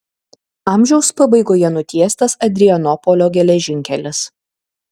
amžiaus pabaigoje nutiestas adrianopolio geležinkelis